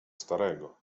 starego